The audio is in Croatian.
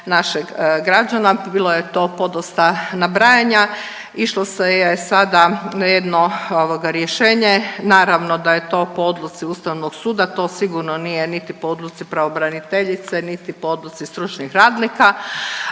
našeg građana. Bilo je to podosta nabrajanja. Išlo se je sada jedno rješenje. Naravno da je to po odluci Ustavnog suda to sigurno nije niti po odluci pravobraniteljice, niti po odluci stručnih radnika,